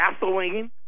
gasoline